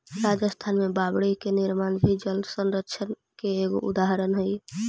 राजस्थान में बावडि के निर्माण भी जलसंरक्षण के एगो उदाहरण हई